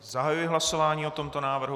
Zahajuji hlasování o tomto návrhu.